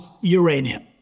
uranium